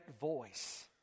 voice